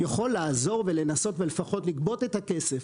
יכול לעזור ולנסות ולפחות לגבות את הכסף.